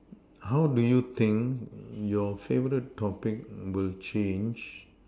how do you think your favorite topic will change